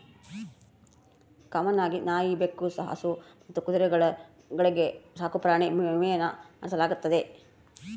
common ಆಗಿ ನಾಯಿ, ಬೆಕ್ಕು, ಹಸು ಮತ್ತು ಕುದುರೆಗಳ್ಗೆ ಸಾಕುಪ್ರಾಣಿ ವಿಮೇನ ಮಾಡಿಸಲಾಗ್ತತೆ